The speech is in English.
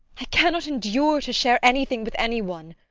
i cannot endure to share anything with anyone!